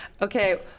Okay